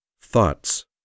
Thoughts